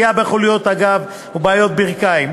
פגיעה בחוליות הגב ובעיות ברכיים.